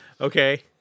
Okay